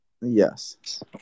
Yes